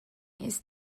ist